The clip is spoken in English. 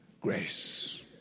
grace